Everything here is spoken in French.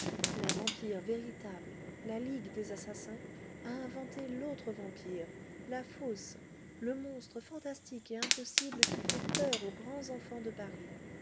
la vampire véritable la ligue des assassins a inventé l'autre vampire la fausse le monstre fantastique et impossible qui fait peur aux grands enfants de paris